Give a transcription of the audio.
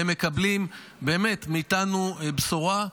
והם מקבלים מאיתנו באמת בשורה.